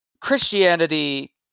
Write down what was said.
Christianity